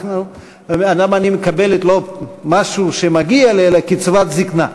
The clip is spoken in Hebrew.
למה אני מקבל לא משהו שמגיע לי אלא קצבת זיקנה?